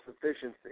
sufficiency